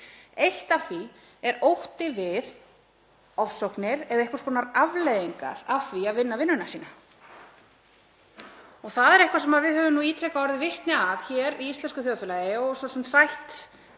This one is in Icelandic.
Eitt af því er ótti við ofsóknir eða einhvers konar afleiðingar af því að vinna vinnuna sína. Það er eitthvað sem við höfum ítrekað orðið vitni að hér í íslensku þjóðfélagi og svo sem sætt